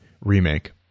remake